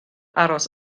aros